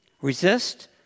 Resist